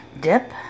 dip